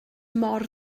mor